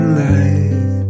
light